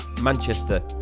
Manchester